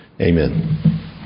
Amen